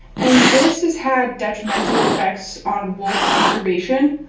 and this has had detrimental effects on wolf conservation.